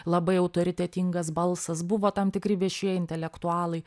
labai autoritetingas balsas buvo tam tikri viešieji intelektualai